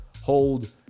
Hold